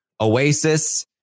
Oasis